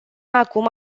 acum